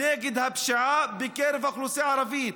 נגד הפשיעה בקרב האוכלוסייה הערבית.